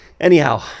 Anyhow